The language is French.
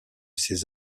ces